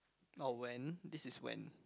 or when this is when